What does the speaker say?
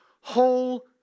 whole